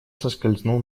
соскользнул